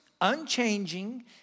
unchanging